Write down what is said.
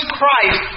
Christ